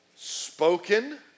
spoken